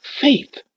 faith